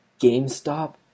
GameStop